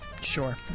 sure